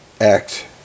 act